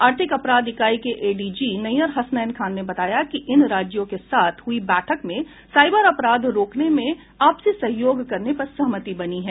आर्थिक अपराध इकाई के एडीजी नैय्यर हसनैन खान ने बताया कि इन राज्यों के साथ हुई बैठक में साईबर अपराध रोकने में आपसी सहयोग करने पर सहमति बनी है